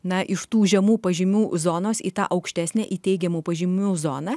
na iš tų žemų pažymių zonos į tą aukštesnę į teigiamų pažymių zoną